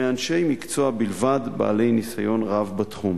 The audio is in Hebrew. מאנשי מקצוע בלבד, בעלי ניסיון רב בתחום.